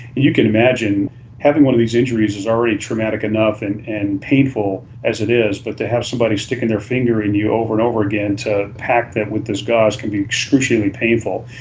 you can imagine having one of these injuries is already traumatic enough and and painful as it is, but to have somebody sticking their finger in you over and over again to pack that with this gauze can be excruciatingly painful.